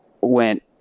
went